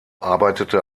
arbeitete